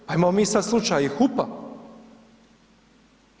Pa imamo mi sad slučaj i HUP-a.